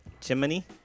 Chimney